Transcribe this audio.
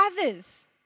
others